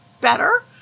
better